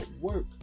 work